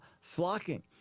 flocking